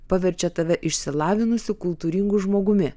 paverčia tave išsilavinusiu kultūringu žmogumi